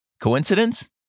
Coincidence